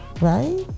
Right